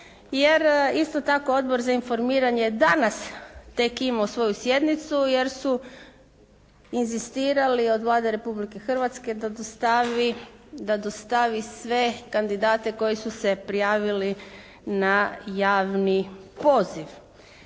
je isto tako Odbor za informiranje danas tek imao svoju sjednicu jer su inzistirali od Vlade Republike Hrvatske da dostavi sve kandidate koji su se prijavili na javni poziv.